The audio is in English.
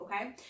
okay